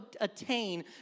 attain